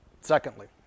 Secondly